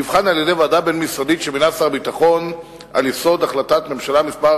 נבחן על-ידי ועדה בין-משרדית שמינה שר הביטחון על יסוד החלטת ממשלה מס'